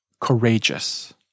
courageous